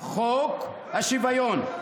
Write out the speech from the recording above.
חוק השוויון.